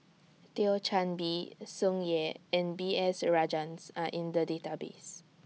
Thio Chan Bee Tsung Yeh and B S Rajhans Are in The Database